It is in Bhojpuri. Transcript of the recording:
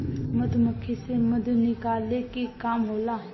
मधुमक्खी से मधु निकाले के काम होला